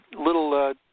little